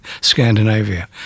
Scandinavia